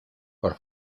por